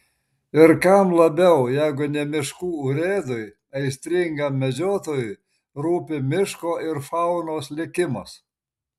ir kam labiau jeigu ne miškų urėdui aistringam medžiotojui rūpi miško ir faunos likimas